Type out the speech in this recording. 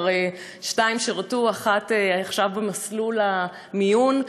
שתיים כבר שירתו ואחת עכשיו במסלול המיון,